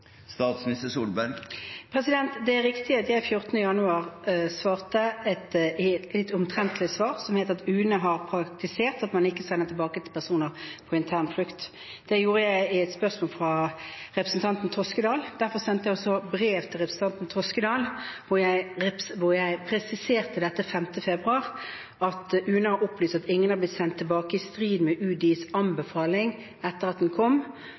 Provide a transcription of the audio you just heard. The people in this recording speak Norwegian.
Det er riktig at jeg 14. januar ga et litt omtrentlig svar, som var at «UNE har praktisert at man ikke sender tilbake personer på internflukt.» Det gjorde jeg i et spørsmål fra representanten Toskedal. Derfor sendte jeg også brev til representanten Toskedal 5. februar hvor jeg presiserte at UNE har opplyst at ingen har blitt sendt tilbake i strid med UDIs anbefaling etter at den kom.